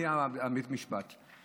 מה היה בבית המשפט?